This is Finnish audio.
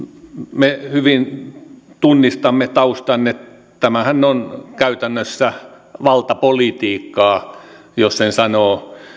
me hyvin tunnistamme taustan että tämähän on käytännössä valtapolitiikkaa jos sen